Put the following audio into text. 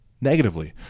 negatively